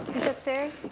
upstairs.